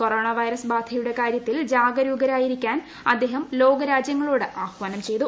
corona virus ബാധയു്ടെ കാര്യത്തിൽ ജാഗരൂഗരായിരിക്കാൻ അദ്ദേഹം ലോക രാജ്യങ്ങള്ളോട് ആഹ്വാനം ചെയ്തു